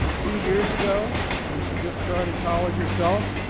two years ago, when she just started college herself,